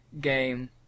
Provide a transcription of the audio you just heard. game